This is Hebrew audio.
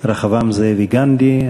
רחבעם זאבי, גנדי.